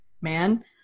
man